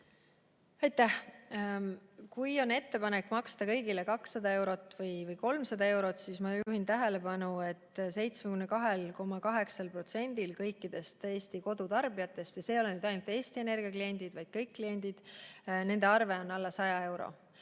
Aitäh! Kui on ettepanek maksta kõigile 200 eurot või 300 eurot, siis ma juhin tähelepanu, et 72,8%-l kõikidest Eesti kodutarbijatest – ja need ei ole ainult Eesti Energia kliendid, vaid kõik kliendid –, on arve alla 100 euro.